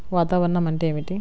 వాతావరణం అంటే ఏమిటి?